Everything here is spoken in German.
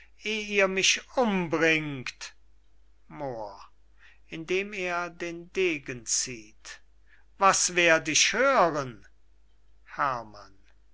ihr mich umbringt moor indem er den degen zieht was werd ich hören herrmann